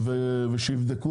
סופר ושיבדקו